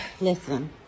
Listen